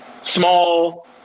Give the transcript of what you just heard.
small